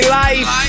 life